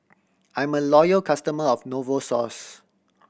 I am a loyal customer of Novosource